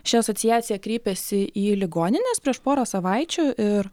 ši asociacija kreipėsi į ligonines prieš porą savaičių ir